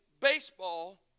baseball